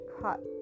cut